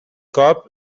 cop